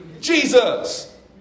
Jesus